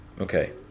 Okay